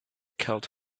coat